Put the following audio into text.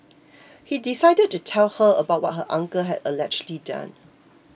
he decided to tell her about what her uncle had allegedly done